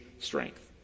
strength